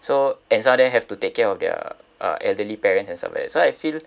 so and some of them have to take care of their uh elderly parents and stuff like that so I feel